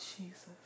Jesus